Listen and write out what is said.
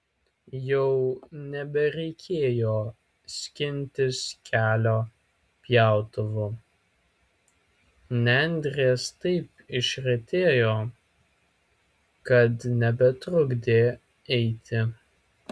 jau nebereikėjo skintis kelio pjautuvu nendrės taip išretėjo kad nebetrukdė eiti